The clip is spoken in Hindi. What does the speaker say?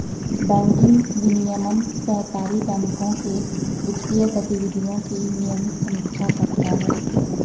बैंकिंग विनियमन सहकारी बैंकों के वित्तीय गतिविधियों की नियमित समीक्षा करता है